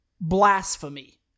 blasphemy